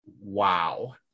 wow